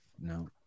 No